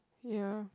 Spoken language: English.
ya